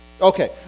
Okay